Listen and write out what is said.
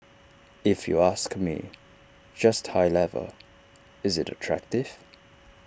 if you ask me just high level is IT attractive